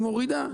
היא מורידה.